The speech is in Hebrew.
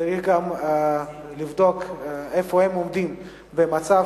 צריך גם לבדוק איפה הם עומדים במשא-ומתן.